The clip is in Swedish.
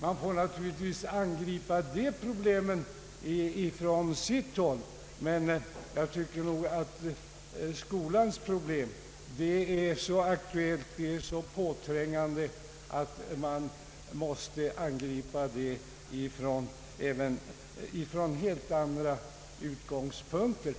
Man får naturligtvis angripa de problemen, men jag tycker att skolans problem är så aktuella och påträngande att man måste angripa dem från helt andra utgångspunkter.